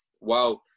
wow